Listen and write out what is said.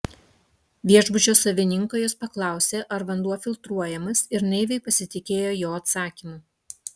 viešbučio savininko jis paklausė ar vanduo filtruojamas ir naiviai pasitikėjo jo atsakymu